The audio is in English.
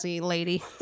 lady